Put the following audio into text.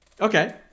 Okay